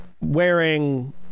wearing